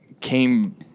came